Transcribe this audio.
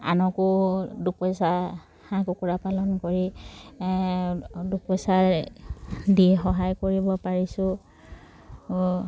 আনকো দুপইচা হাঁহ কুকুৰা পালন কৰি দুপইচা দি সহায় কৰিব পাৰিছোঁ